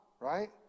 right